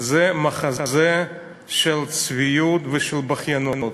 זה מחזה של צביעות ושל בכיינות.